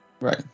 Right